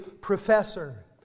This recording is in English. professor